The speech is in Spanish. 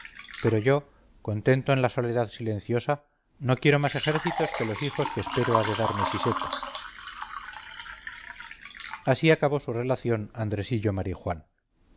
pero yo contento en la soledad silenciosa no quiero más ejércitos que los hijos que espero ha de darme siseta así acabó su relación andresillo marijuán